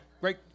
Great